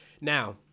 Now